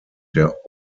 der